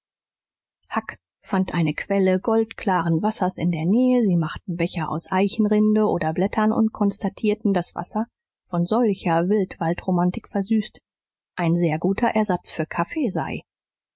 huck fand eine quelle goldklaren wassers in der nähe sie machten becher aus eichenrinde oder blättern und konstatierten daß wasser von solcher wild wald romantik versüßt ein sehr guter ersatz für kaffee sei